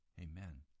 Amen